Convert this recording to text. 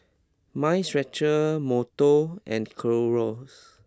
Mind Stretcher Monto and Clorox